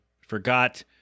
forgot